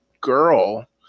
girl